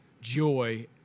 joy